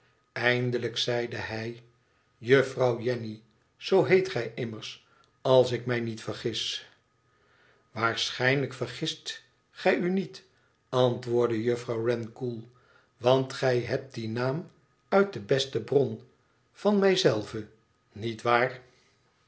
eindelijk zeide hij juffrouw jenny zoo heet gij immers als ik mij niet vergis waarschijnlijk vergist gij u niet antwoordde juffrouw wren koel t want gij hebt dien naam uit de beste bron van mij zelve niet waar